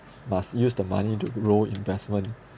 must use the money to grow investment